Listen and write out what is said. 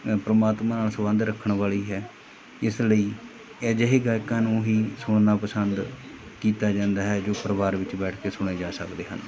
ਅ ਪਰਮਾਤਮਾ ਨਾਲ ਸੰਬੰਧ ਰੱਖਣ ਵਾਲੀ ਹੈ ਇਸ ਲਈ ਅਜਿਹੇ ਗਾਇਕਾਂ ਨੂੰ ਹੀ ਸੁਣਨਾ ਪਸੰਦ ਕੀਤਾ ਜਾਂਦਾ ਹੈ ਜੋ ਪਰਿਵਾਰ ਵਿੱਚ ਬੈਠ ਕੇ ਸੁਣੇ ਜਾ ਸਕਦੇ ਹਨ